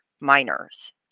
minors